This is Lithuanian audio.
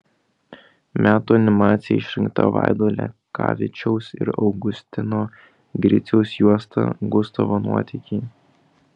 metų animacija išrinkta vaido lekavičiaus ir augustino griciaus juosta gustavo nuotykiai